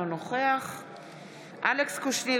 אינו נוכח אלכס קושניר,